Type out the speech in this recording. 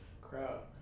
crowd